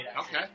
Okay